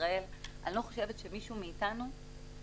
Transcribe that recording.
ישראל אני לא חושבת שמישהו מאיתנו יכול